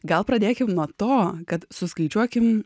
gal pradėkim nuo to kad suskaičiuokim